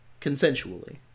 Consensually